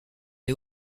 les